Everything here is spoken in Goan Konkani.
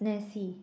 न्हेसी